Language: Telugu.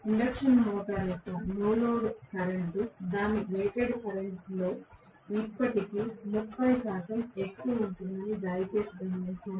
ఇండక్షన్ మోటారు యొక్క నో లోడ్ కరెంట్ దాని రేటెడ్ కరెంట్ లో ఇప్పటికీ 30 శాతం వరకు ఎక్కువ ఉంటుందని దయచేసి గమనించండి